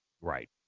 Right